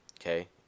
okay